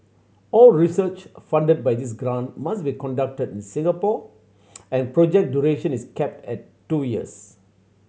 all research funded by this grant must be conducted in Singapore and project duration is capped at two years